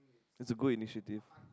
that's a great initiative